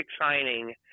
signing